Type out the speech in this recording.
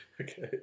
Okay